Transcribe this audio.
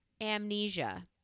amnesia